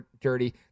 dirty